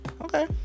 Okay